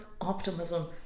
optimism